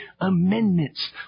amendments